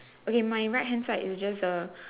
okay my right hand side is just the